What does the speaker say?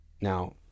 Now